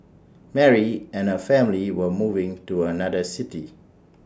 Mary and her family were moving to another city